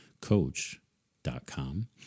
coach.com